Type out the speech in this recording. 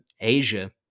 Asia